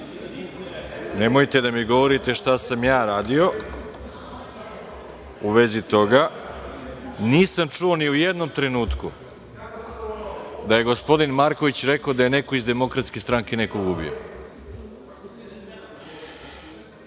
Nemojte da mi govorite šta sam ja radio u vezi toga, nisam čuo ni u jednom trenutku da je gospodin Marković rekao da je neko iz DS-a nekog ubio.